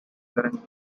current